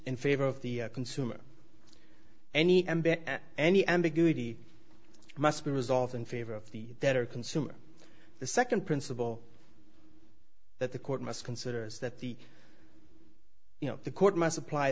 in favor of the consumer any any ambiguity must be resolved in favor of the debtor consumer the second principle that the court must consider is that the you know the court my supply